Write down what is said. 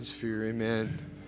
Amen